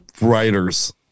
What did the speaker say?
writers